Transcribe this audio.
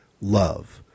love